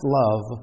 love